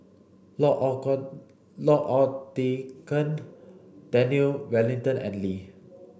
L'odican Daniel Wellington and Lee